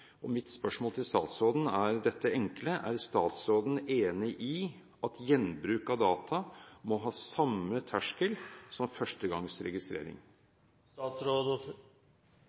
Mitt spørsmål til statsråden er dette enkle: Er statsråden enig i at gjenbruk av data må ha samme terskel som